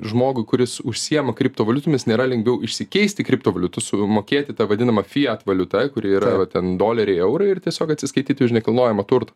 žmogui kuris užsiima kriptovaliutomis nėra lengviau išsikeisti kriptovaliutų sumokėti tą vadinamą fijat valiuta kuri yra va ten doleriai eurai ir tiesiog atsiskaityti už nekilnojamą turtą